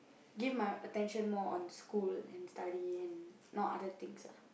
give my attention more on school and study and not other things ah